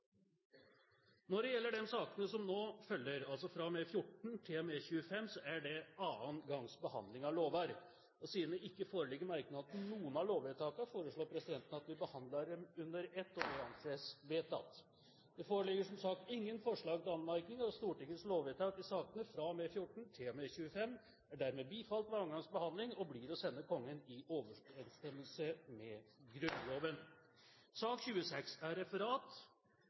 Når det gjelder sakene nr. 14–25, er dette andre gangs behandling av lovvedtak. Siden det ikke foreligger merknader til noen av lovvedtakene, foreslår presidenten at vi behandler dem under ett. – Det anses vedtatt. Votering i sakene nr. 14–25 Det foreligger, som sagt, ingen forslag til anmerkninger. Stortingets lovvedtak er dermed bifalt ved andre gangs behandling og blir å sende Kongen i overensstemmelse med Grunnloven. Forlanger noen ordet før møtet heves? – Møtet er